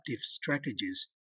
strategies